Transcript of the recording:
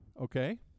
Okay